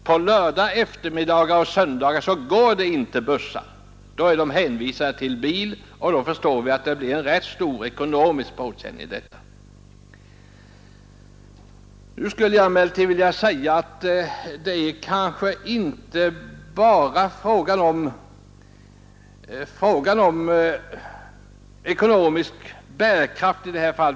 På lördagseftermiddagar och på söndagar går det inga bussar. Då är man helt hänvisad till att färdas med bil. Detta innebär en rätt stor ekonomisk påfrestning.